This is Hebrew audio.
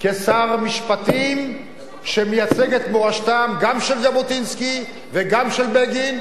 כשר משפטים שמייצג את מורשתם של ז'בוטינסקי ושל בגין,